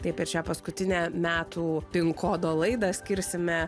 taip per šią paskutinę metų pin kodo laidą skirsime